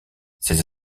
ces